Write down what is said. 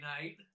night